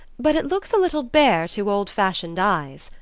but it looks a little bare to old-fashioned eyes,